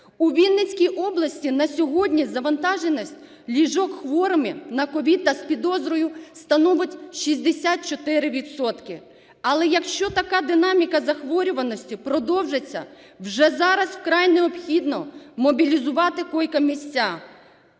У Вінницькій області на сьогодні завантаженість ліжок, хворих на COVID та з підозрою, становить 64 відсотки. Але якщо така динаміка захворюваності продовжиться, вже зараз вкрай необхідно мобілізувати койко-місця,